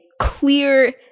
clear